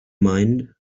mind